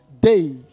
day